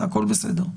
הכול בסדר.